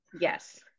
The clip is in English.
Yes